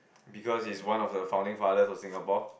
because he's one of the founding father of Singapore